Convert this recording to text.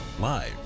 live